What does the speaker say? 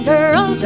Girl